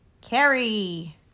Carrie